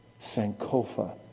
Sankofa